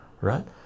right